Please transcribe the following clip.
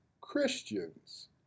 Christians